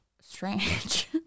strange